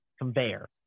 conveyor